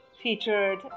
featured